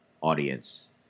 audience